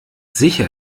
sicher